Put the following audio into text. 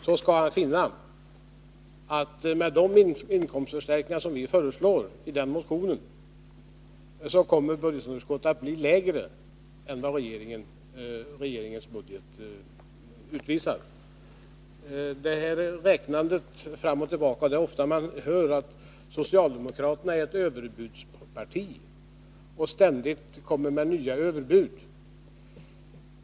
Han skall då finna att med de inkomstförstärkningar som vi föreslår i motionen kommer budgetunderskottet att bli lägre än vad regeringens budget utvisar. Man hör ofta att det socialdemokratiska partiet är ett överbudsparti, som ständigt kommer med nya överbud.